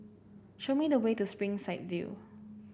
show me the way to Springside View